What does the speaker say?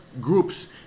groups